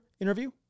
interview